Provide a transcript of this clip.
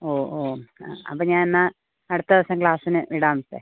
ഓ ഓ ആ അപ്പോൾ ഞാൻ എന്നാൽ അടുത്ത ദിവസം ക്ലാസിന് വിടാം മിസ്സേ